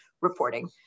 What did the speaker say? reporting